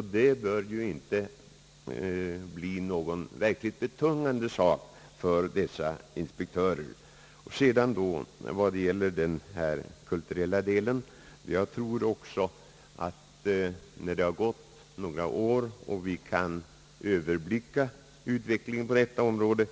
Det bör inte bli betungande för inspektörerna. I fråga om den kulturella delen tror jag också, att vi när det gått några år och vi kan överblicka utvecklingen på detta område